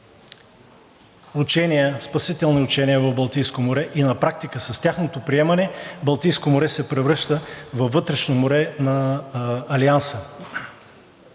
спасителни учения в Балтийско море. На практика с тяхното приемане Балтийско море се превръща във вътрешно море на Алианса.